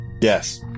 Yes